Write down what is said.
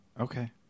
Okay